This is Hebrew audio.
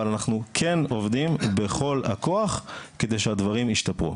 אבל אנחנו כן עובדים בכל הכוח כדי שהדברים ישתפרו.